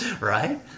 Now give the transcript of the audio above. Right